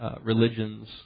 Religions